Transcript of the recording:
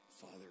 Father